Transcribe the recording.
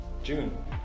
June